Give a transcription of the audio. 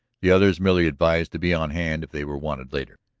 the others merely advised to be on hand if they were wanted later.